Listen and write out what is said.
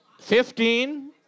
fifteen